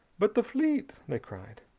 but the fleet! they cried.